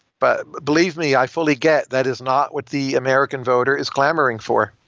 but, believe me, i fully get that is not what the american voter is clamoring for.